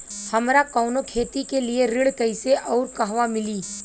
हमरा कवनो खेती के लिये ऋण कइसे अउर कहवा मिली?